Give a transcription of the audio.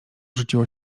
rzuciło